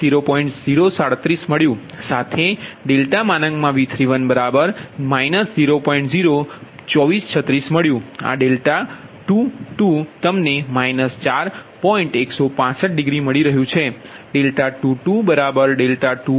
037 મળ્યું સાથે ∆ V31 002436 મળ્યું આ 22 તમને 4165 ડિગ્રી મળી રહ્યુ છે